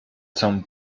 com